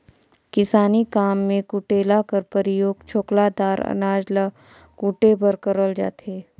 किसानी काम मे कुटेला कर परियोग छोकला दार अनाज ल कुटे बर करल जाथे